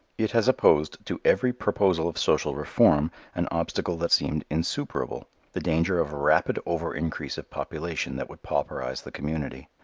it has opposed to every proposal of social reform an obstacle that seemed insuperable the danger of a rapid overincrease of population that would pauperize the community.